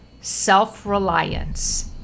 self-reliance